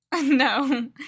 No